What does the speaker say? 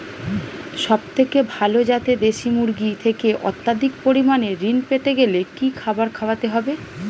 সবথেকে ভালো যাতে দেশি মুরগির থেকে অত্যাধিক পরিমাণে ঋণ পেতে গেলে কি খাবার খাওয়াতে হবে?